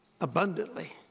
abundantly